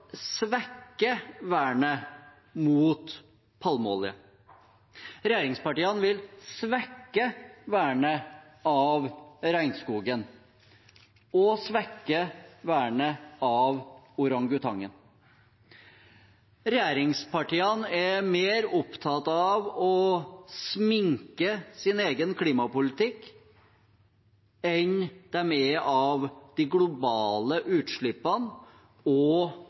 svekke vernet mot palmeolje. Regjeringspartiene vil svekke vernet av regnskogen og svekke vernet av orangutangen. Regjeringspartiene er mer opptatt av å sminke sin egen klimapolitikk enn de er av de globale utslippene og